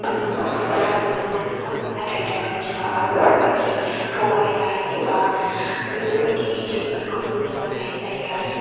बेफोर फथ'फोरा नुनो मोनोमोन नाथाय दानि दिनावहाय बेफोरबायदि थगायनाय एबा बेफोरबायदि एडिटफोरखौ नुनो मोननाय जायो आरो